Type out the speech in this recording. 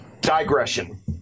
digression